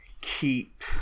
keep